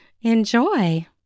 enjoy